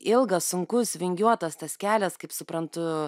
ilgas sunkus vingiuotas tas kelias kaip suprantu